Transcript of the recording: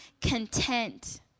content